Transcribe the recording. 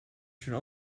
should